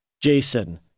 Jason